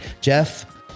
Jeff